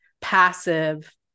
passive